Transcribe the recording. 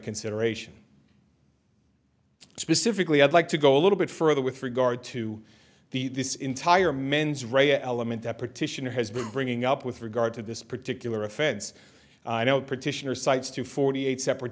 consideration specifically i'd like to go a little bit further with regard to the this entire mens rea element that petitioner has been bringing up with regard to this particular offense partitioner cites to forty eight separate